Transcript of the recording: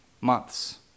months